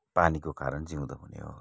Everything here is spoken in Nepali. पानीको कारण जिउँदो पनि हो